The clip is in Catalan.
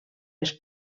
les